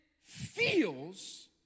feels